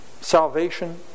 salvation